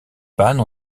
pannes